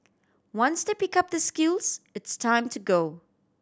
once they pick up the skills it's time to go